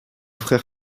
frère